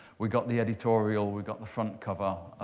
we got the editorial. we got the front cover.